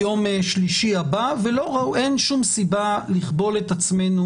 ביום שלישי הבא ואין שום סיבה לכבול את עצמנו